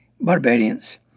barbarians